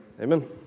Amen